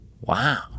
Wow